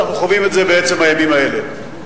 ואנחנו חווים את זה בעצם הימים האלה.